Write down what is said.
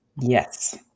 Yes